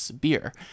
beer